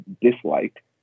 dislike